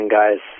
guys